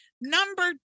number